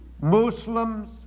Muslims